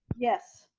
yes.